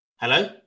Hello